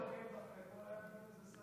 לא נוגעים,